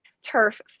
turf